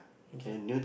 okay